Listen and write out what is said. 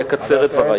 אני אקצר את דברי.